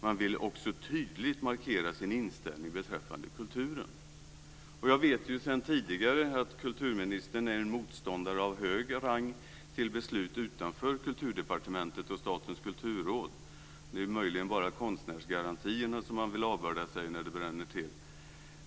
Man ville också tydligt markera sin inställning beträffande kulturen. Jag vet sedan tidigare att kulturministern är en motståndare av hög rang till beslut utanför Kulturdepartementet och Statens kulturråd. Det är möjligen bara konstnärsgarantierna som man vill avbörda sig när det bränner till.